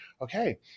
okay